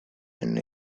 and